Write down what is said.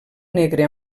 negre